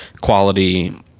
quality